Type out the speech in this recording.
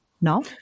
now